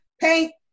paint